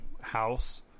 house